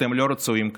אתם לא רצויים כאן.